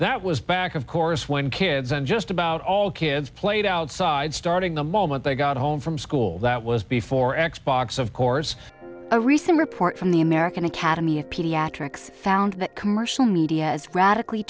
that was back of course when kids and just about all kids played outside starting the moment they got home from school that was before x box of course a recent report from the american academy of pediatrics found that commercial media is radically